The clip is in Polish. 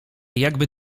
jakby